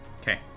Okay